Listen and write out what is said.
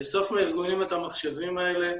לאסוף מהארגונים את המחשבים האלה,